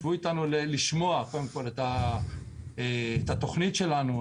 שבו איתנו לשמוע קודם כל את התוכנית שלנו.